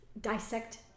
dissect